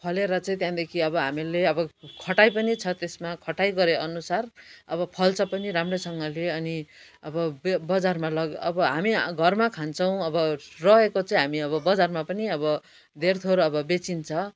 फलेर चाहिँ त्यहाँदेखि अब हामीले अब खटाई पनि छ त्यसमा खटाई गरे अनुसार अब फल्छ पनि राम्रैसँगले अनि अब बजारमा लगे अब हामी घरमा खान्छौँ अब रहेको चाहिँ हामी अब बजारमा पनि अब धेरथोर अब बेचिन्छ